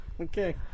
Okay